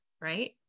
Right